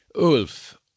Ulf